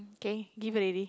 K give already